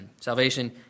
Salvation